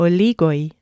Oligoi